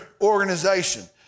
organization